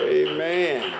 amen